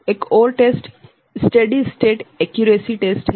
एक और परीक्षण स्टेडी स्टेट एक्यूरसी परीक्षण है